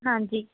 ਹਾਂਜੀ